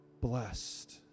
blessed